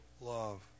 love